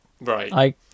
Right